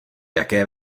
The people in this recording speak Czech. jaké